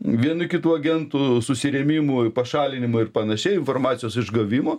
vien kitų agentų susirėmimų pašalinimų ir panašiai informacijos išgavimo